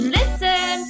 listen